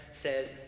says